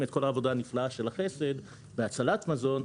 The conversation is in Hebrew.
את כל העבודה הנפלאה של החסד והצלת מזון,